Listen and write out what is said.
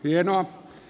hienoa